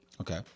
Okay